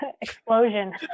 explosion